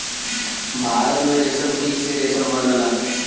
भारत में रेशमकीट से रेशम बनला